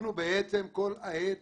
אנחנו כל העת